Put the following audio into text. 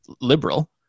liberal